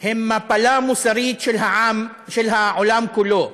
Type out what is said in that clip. הן מפלה מוסרית של העולם כולו,